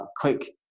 quick